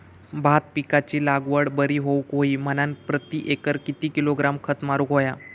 भात पिकाची लागवड बरी होऊक होई म्हणान प्रति एकर किती किलोग्रॅम खत मारुक होया?